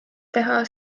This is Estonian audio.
teha